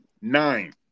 nine